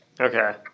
Okay